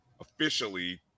Officially